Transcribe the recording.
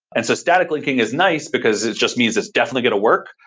and so, static linking is nice, because it just means it's definitely going to work,